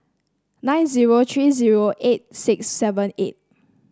nine zero three zero eight six seven eight